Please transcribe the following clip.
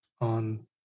on